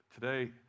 today